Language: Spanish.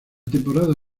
temporada